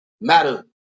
Matter